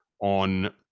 on